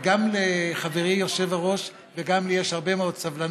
גם לחברי היושב-ראש וגם לי יש הרבה מאוד סבלנות,